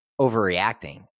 overreacting